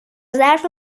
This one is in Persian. ظرف